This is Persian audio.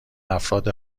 افراد